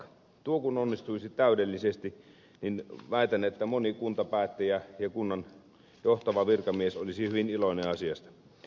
tuo kun onnistuisi täydellisesti niin väitän että moni kuntapäättäjä ja kunnan johtava virkamies olisi hyvin iloinen asiasta